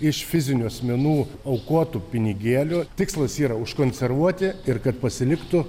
iš fizinių asmenų aukotų pinigėlių tikslas yra užkonservuoti ir kad pasiliktų